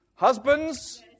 Husbands